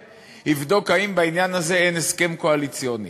יבדוק אם בעניין הזה אין הסכם קואליציוני.